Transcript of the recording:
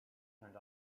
turned